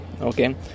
okay